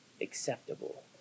acceptable